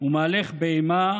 ומהלך באימה